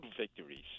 victories